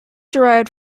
derived